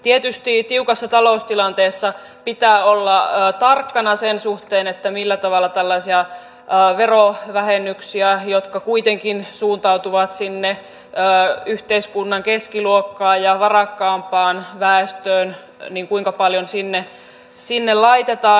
tietysti tiukassa taloustilanteessa pitää olla tarkkana sen suhteen millä tavalla ja kuinka paljon tällaisia verovähennyksiä jotka kuitenkin suuntautuvat sinne yhteiskunnan keskiluokkaan ja varakkaampaan väestöön sinne laitetaan